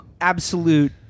Absolute